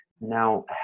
now